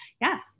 yes